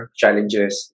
challenges